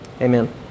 Amen